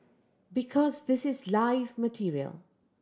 because this is live material